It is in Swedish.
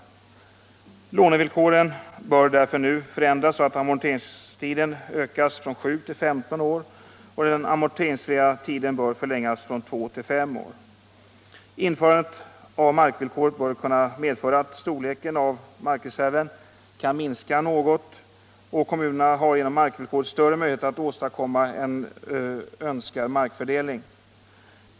Lånevillkoren bör därför nu förändras så att amorteringstiden ökas från sju till femton år, och den amorteringsfria tiden bör förlängas från två till fem år. Införandet av markvillkoret bör kunna medföra att storleken av markreserven kan minskas något, och kommunen har genom markvillkoret större möjligheter att åstadkomma en önskad markfördelning.